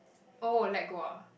oh let go ah